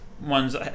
ones